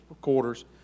quarters